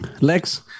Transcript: Lex